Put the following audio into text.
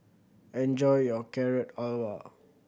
enjoy your Carrot Halwa